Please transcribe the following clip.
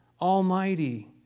Almighty